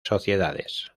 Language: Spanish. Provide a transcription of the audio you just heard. sociedades